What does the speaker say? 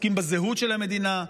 עוסקים בזהות של המדינה,